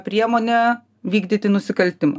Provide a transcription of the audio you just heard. priemonė vykdyti nusikaltimą